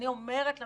אני אומרת לממשלה,